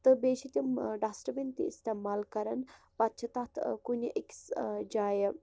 تہٕ بیٚیہِ چھِ تِم ڈسٹبن تہِ استعمال کران پَتہٕ چھِ تتھ کُنہ أکِس جایہِ